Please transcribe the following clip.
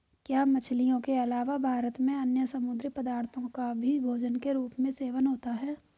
क्या मछलियों के अलावा भारत में अन्य समुद्री पदार्थों का भी भोजन के रूप में सेवन होता है?